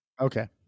Okay